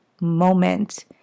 moment